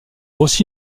aussi